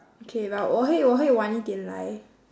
okay but 我会我会晚一点来